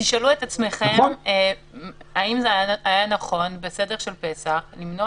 תשאלו את עצמכם אם זה היה נכון בסדר של פסח למנוע